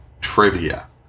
trivia